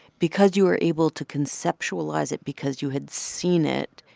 because you were able to conceptualize it because you had seen it,